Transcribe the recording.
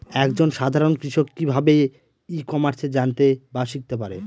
এক জন সাধারন কৃষক কি ভাবে ই কমার্সে জানতে বা শিক্ষতে পারে?